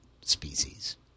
species